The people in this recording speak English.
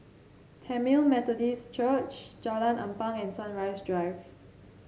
Tamil Methodist Church Jalan Ampang and Sunrise Drive